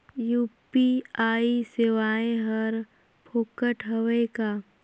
UPI सेवाएं हर फोकट हवय का?